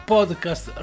Podcast